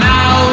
Now